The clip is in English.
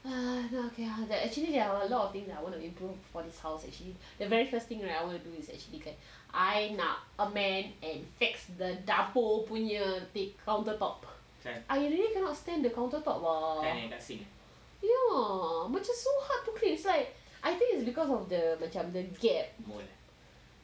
!wah! okay lah actually there are a lot of things that I want to improve for this house actually the very first thing right I want to do is actually kan I nak amend and fix the dapur punya counter top I really cannot stand the counter top lah ya macam so hard to clean it's like I think it's because of the the macam the gap